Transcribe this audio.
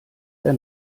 der